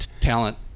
talent